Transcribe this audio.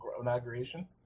inauguration